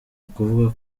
ukuvuga